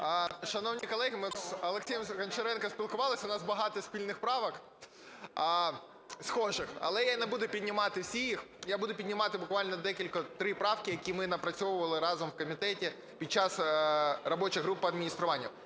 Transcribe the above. Шановні колеги, ми з Олексієм Гончаренком спілкувалися, у нас багато спільних правок схожих, але я не буду піднімати їх всі, я буду піднімати буквально три правки, які ми напрацьовували разом в комітеті під час робочих груп по адмініструванню.